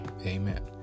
Amen